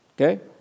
Okay